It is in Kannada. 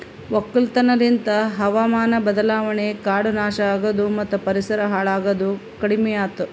ಒಕ್ಕಲತನ ಲಿಂತ್ ಹಾವಾಮಾನ ಬದಲಾವಣೆ, ಕಾಡು ನಾಶ ಆಗದು ಮತ್ತ ಪರಿಸರ ಹಾಳ್ ಆಗದ್ ಕಡಿಮಿಯಾತು